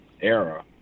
era